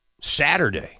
Saturday